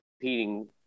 competing